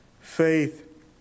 faith